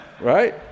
Right